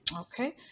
okay